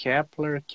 Kepler